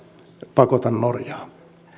pakota norjaa